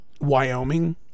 Wyoming